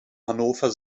hannover